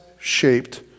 shaped